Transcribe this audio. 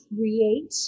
create